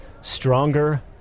stronger